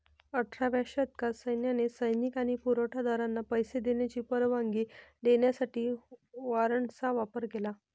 अठराव्या शतकात सैन्याने सैनिक आणि पुरवठा दारांना पैसे देण्याची परवानगी देण्यासाठी वॉरंटचा वापर केला